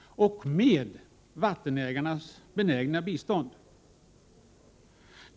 och med vattenägarnas benägna bistånd.